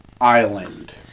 island